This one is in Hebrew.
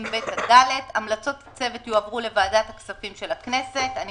(ב) עד (ד); המלצות הצוות יועברו לוועדת הכספים של הכנסת." מתי?